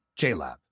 JLab